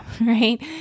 right